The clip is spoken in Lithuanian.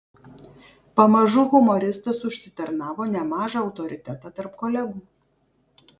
pamažu humoristas užsitarnavo nemažą autoritetą tarp kolegų